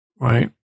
right